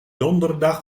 donderdag